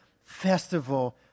festival